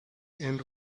and